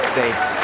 States